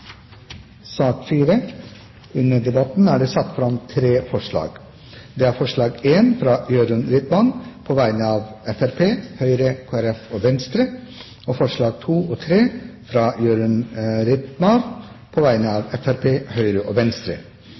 sak nr. 10 er avsluttet. Stortinget går til votering. Under debatten er det satt fram tre forslag. Det er forslag nr. 1, fra Jørund Rytman på vegne av Fremskrittspartiet, Høyre, Kristelig Folkeparti og Venstre forslagene nr. 2 og 3, fra Jørund Rytman på vegne av Fremskrittspartiet, Høyre og Venstre